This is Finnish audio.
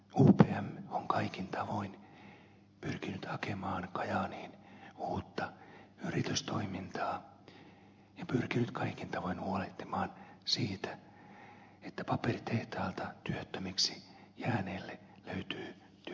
upm on kaikin tavoin pyrkinyt hakemaan kajaaniin uutta yritystoimintaa ja pyrkinyt kaikin tavoin huolehtimaan siitä että paperitehtaalta työttömiksi jääneille löytyy työtä ja vaihtoehtoja